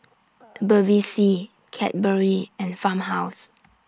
Bevy C Cadbury and Farmhouse